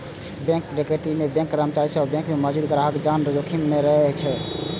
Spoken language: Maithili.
बैंक डकैती मे बैंक कर्मचारी आ बैंक मे मौजूद ग्राहकक जान जोखिम मे रहै छै